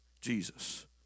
Jesus